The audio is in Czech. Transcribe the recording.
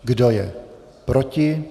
Kdo je proti?